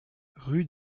rue